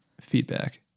feedback